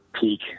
peak